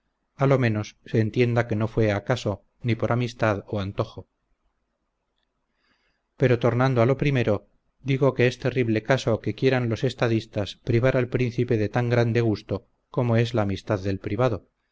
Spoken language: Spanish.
a lo menos se entienda que no fue acaso ni por amistad o antojo pero tornando a lo primero digo que es terrible caso que quieran los estadistas privar al príncipe de tan grande gusto como es la amistad del privado